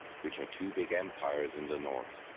which are two big empires in the north,